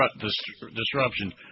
disruption